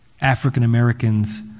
African-Americans